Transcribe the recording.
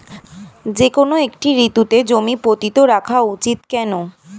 যেকোনো একটি ঋতুতে জমি পতিত রাখা উচিৎ কেন?